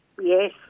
Yes